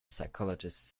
psychologist